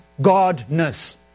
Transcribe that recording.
Godness